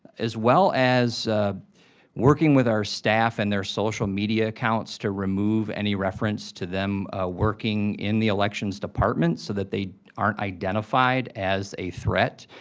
as well as working with our staff and their social media accounts to remove any reference to them working in the elections department, so that they aren't identified as a threat.